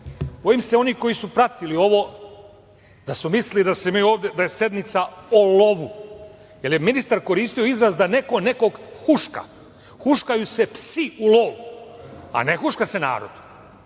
se oni koji su pratili ovo, da su mislili da se mi ovde, da je sednica o lovu, jer je ministar koristio izraz da neko nekog huška. Huškaju se psi u lovu, a ne huška se narod.